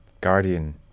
Guardian